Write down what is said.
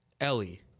Ellie